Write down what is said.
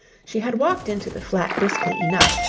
she had walked into the flat briskly enough,